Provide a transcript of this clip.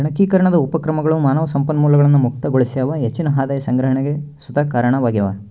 ಗಣಕೀಕರಣದ ಉಪಕ್ರಮಗಳು ಮಾನವ ಸಂಪನ್ಮೂಲಗಳನ್ನು ಮುಕ್ತಗೊಳಿಸ್ಯಾವ ಹೆಚ್ಚಿನ ಆದಾಯ ಸಂಗ್ರಹಣೆಗ್ ಸುತ ಕಾರಣವಾಗ್ಯವ